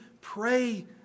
pray